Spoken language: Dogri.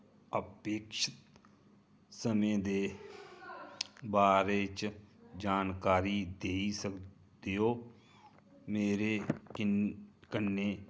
अपेक्षत समें दे बारे च जानकारी देई सकदे ओ मेरे किन कन्नै